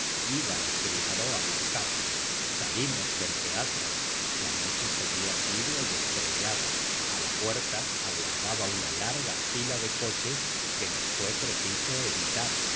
iba el criado a buscarla salimos del teatro la noche seguía tibia y estrellada a la puerta aguardaba una larga fila de coches que nos fue preciso evitar